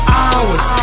hours